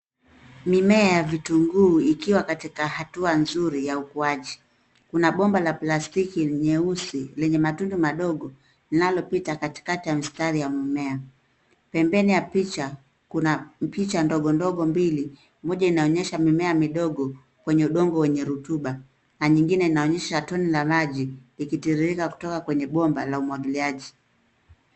Mimea vitunguu ikiwa katika hatua nzuri ya ukuaji. Kuna bomba la plastiki nyeusi lenye matundu madogo linalopita katikati ya mistari ya mimea. Pembeni ya picha kuna picha ndogondogo mbili. Moja inaonyesha mimea midogo kwenye udongo wenye rutuba na nyingine inaonyesha toni la maji ikitiririka kutoka kwenye bomba la umwagiliaji.